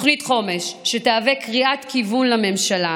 תוכנית חומש שתהווה קריאת כיוון לממשלה,